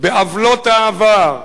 בעוולות העבר,